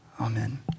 Amen